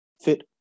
fit